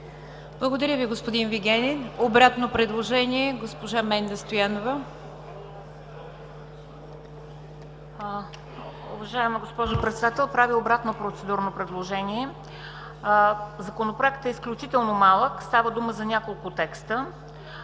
Благодаря Ви, господин Вигенин. Обратно предложение – госпожа Менда Стоянова.